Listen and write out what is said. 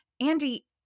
Andy